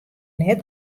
net